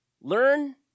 Learn